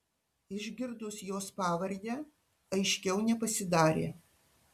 išgirdus jos pavardę aiškiau nepasidarė